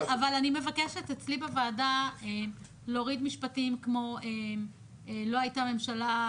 אבל אני מבקשת אצלי בוועדה להוריד משפטים כמו לא הייתה ממשלה,